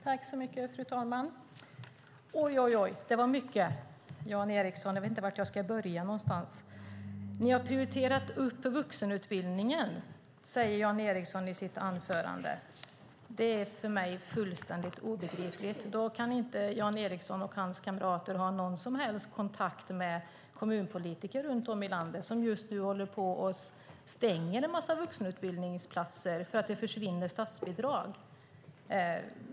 Fru talman! Oj, det var mycket, Jan Ericson. Jag vet inte var jag ska börja. Ni har prioriterat upp vuxenutbildningen, säger Jan Ericson i sitt anförande. Det är för mig fullständigt obegripligt. Jan Ericson och hans kamrater kan inte ha någon som helst kontakt med de kommunpolitiker runt om i landet som just nu håller på att stänga en massa vuxenutbildningsplatser för att det försvinner statsbidrag.